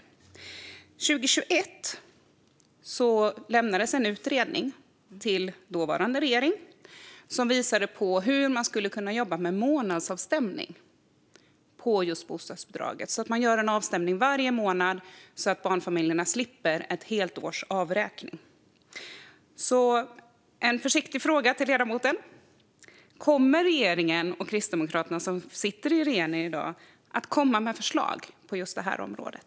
År 2021 lämnades en utredning till dåvarande regering som visade på hur man skulle kunna jobba med månadsavstämning av bostadsbidraget, alltså att man gör en avstämning varje månad så att barnfamiljerna slipper ett helt års avräkning. En försiktig fråga till ledamoten är om regeringen och Kristdemokraterna, som sitter i regeringen i dag, kommer att komma med förslag på just det här området.